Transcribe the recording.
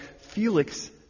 Felix